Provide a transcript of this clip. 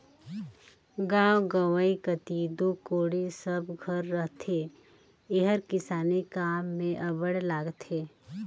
गाँव गंवई कती दो कोड़ी सब घर रहथे एहर किसानी काम मे अब्बड़ लागथे